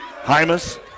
Hymas